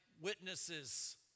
witnesses